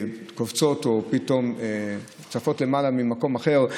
קופצות או צפות למעלה ממקום אחר.